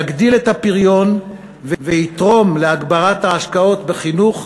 יגדיל את הפריון ויתרום להגברת ההשקעות בחינוך,